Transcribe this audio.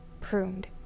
pruned